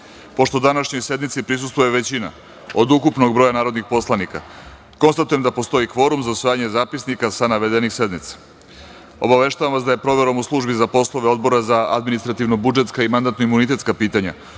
današnjoj sednici prisustvuje većina od ukupnog broja narodnih poslanika, konstatujem da postoji kvorum za usvajanje zapisnika sa navedenih sednica. Obaveštavam vas da je proverom u Službi za poslove Odbora za administrativno-budžetska i mandatno-imunitetska pitanja,